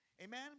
Amen